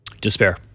Despair